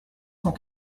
cent